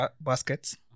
baskets